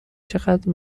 چقدر